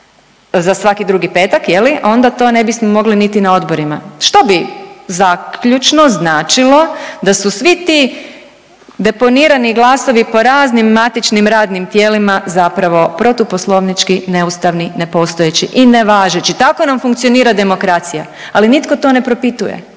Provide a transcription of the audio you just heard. za svaki drugi petak je li onda to ne bismo mogli niti na odborima. Što ni zaključno značilo da su svi ti deponirani glasovi i praznim matičnim radnim tijelima zapravo protuposlovnički, neustavni, nepostojeći i nevažeći. Tako nam funkcionira demokracija, ali nitko to ne propituje